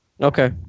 Okay